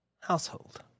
household